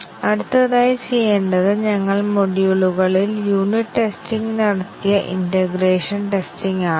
പ്രോഗ്രാമിലെ എല്ലാ DU ചെയിനുകളും കവർ ചെയ്യണം എന്നതാണ് ഏറ്റവും ലളിതമായ ഡാറ്റാ ഫ്ലോ ടെസ്റ്റിംഗ്